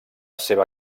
seva